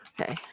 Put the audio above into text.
okay